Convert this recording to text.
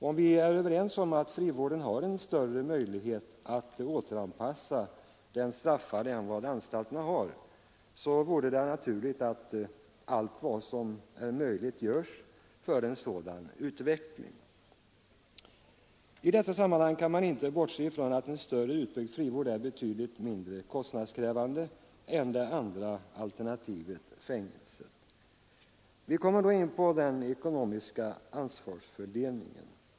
Om vi är överens om att frivården har en större möjlighet att återanpassa den straffade än vad anstalterna har, så vore det naturligt att allt vad som är möjligt görs för en sådan utveckling. I detta sammanhang kan man inte bortse ifrån att en större utbyggd frivård är betydligt mindre kostnadskrävande än det andra alternativet — fängelset. Vi kommer då in på den ekonomiska ansvarsfördelningen.